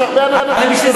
יש הרבה אנשים שמבקשים,